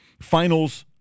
Finals